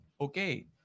Okay